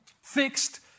fixed